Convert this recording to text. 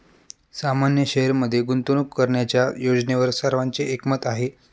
सामान्य शेअरमध्ये गुंतवणूक करण्याच्या योजनेवर सर्वांचे एकमत आहे